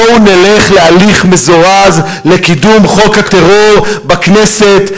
בואו נלך להליך מזורז לקידום חוק הטרור בכנסת.